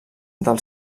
del